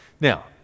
Now